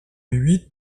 huit